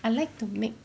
I like to make